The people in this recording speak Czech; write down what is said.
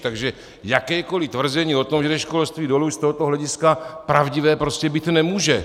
Takže jakékoliv tvrzení o tom, že jde školství dolů, už z tohoto hlediska pravdivé prostě být nemůže.